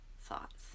thoughts